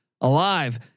alive